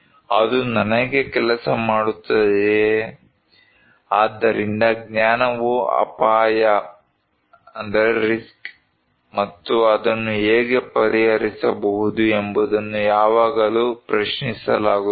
ಅದು ನನಗೆ ಕೆಲಸ ಮಾಡುತ್ತದೆಯೇ ಆದ್ದರಿಂದ ಜ್ಞಾನವು ಅಪಾಯ ಮತ್ತು ಅದನ್ನು ಹೇಗೆ ಪರಿಹರಿಸಬಹುದು ಎಂಬುದನ್ನು ಯಾವಾಗಲೂ ಪ್ರಶ್ನಿಸಲಾಗುತ್ತದೆ